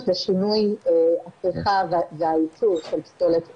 לשינוי בנושא הייצור של פסולת אורגנית,